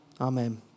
Amen